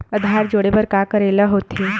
आधार जोड़े बर का करे ला होथे?